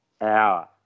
hour